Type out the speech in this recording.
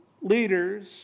leaders